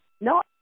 No